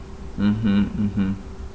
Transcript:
mmhmm mmhmm